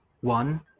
One